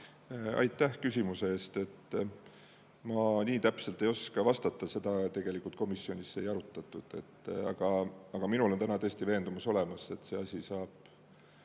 Aitäh küsimuse eest! Ma nii täpselt ei oska vastata, seda tegelikult komisjonis ei arutatud. Aga minul on täna tõesti veendumus olemas, et see asi saab